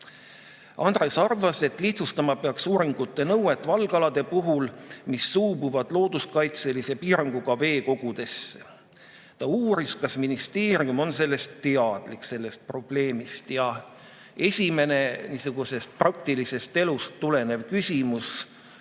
Andres arvas, et peaks lihtsustama uuringute nõuet valgalade puhul, mis suubuvad looduskaitselise piiranguga veekogudesse. Ta uuris, kas ministeerium on sellest probleemist teadlik. See oligi esimene praktilisest elust tulenev küsimus.